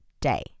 day